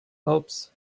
helps